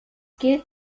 gilt